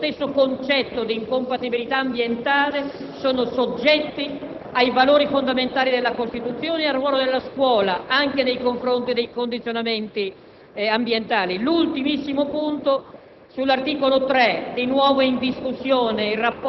consapevolezza che la libertà di insegnamento e lo stesso concetto di incompatibilità ambientale sono soggetti ai valori fondamentali della Costituzione e al ruolo della scuola, anche in relazione ai condizionamenti ambientali. Infine, a proposito